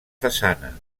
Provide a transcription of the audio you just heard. façana